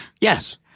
Yes